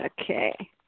Okay